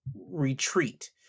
retreat